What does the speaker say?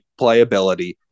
playability